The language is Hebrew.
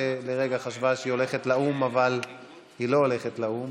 שלרגע חשבה שהיא הולכת לאו"ם אבל היא לא הולכת לאו"ם,